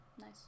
Nice